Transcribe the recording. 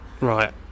Right